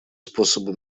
способы